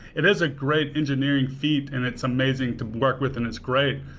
it has a great engineering feat and it's amazing to work with and it's great.